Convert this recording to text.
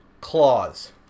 Clause